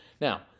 Now